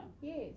yes